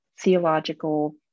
theological